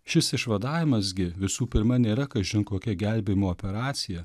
šis išvadavimas gi visų pirma nėra kažin kokia gelbėjimo operacija